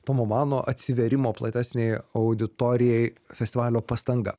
tomo mano atsivėrimo platesnei auditorijai festivalio pastanga